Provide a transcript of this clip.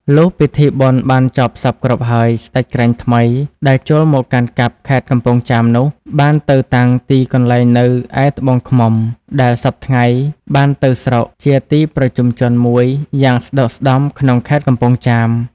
លុះពិធីបុណ្យបានចប់សព្វគ្រប់ហើយ ស្ដេចក្រាញ់ថ្មីដែលចូលមកកាន់កាប់ខេត្តកំពង់ចាមនោះ បានទៅតាំងទីកន្លែងនៅឯត្បូងឃ្មុំ ដែលសព្វថ្ងៃបានទៅស្រុក ជាទីប្រជុំជនមួយយ៉ាងស្ដុកស្ដម្ភ ក្នុងខេត្តកំពង់ចាម ។